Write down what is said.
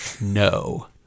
No